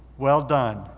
well done.